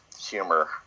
humor